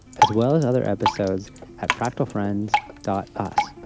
as well as other episodes at fractalfriends us.